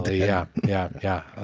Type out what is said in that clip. ah yeah, yeah, yeah. ah